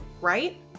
right